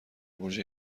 برج